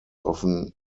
often